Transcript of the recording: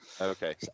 Okay